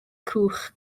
cwch